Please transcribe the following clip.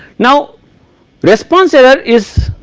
now response error is.